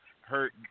hurt